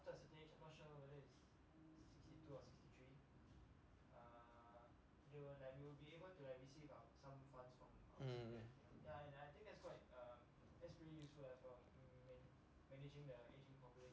mm